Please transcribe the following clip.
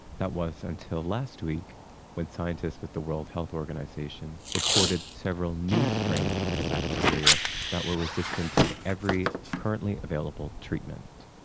that was until last week when scientists with the world health organisation reported several new strains of the bacteria that were resistant to every currently available treatment.